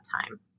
time